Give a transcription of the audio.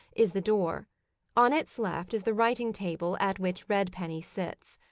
is the door on its left is the writing-table at which redpenny sits.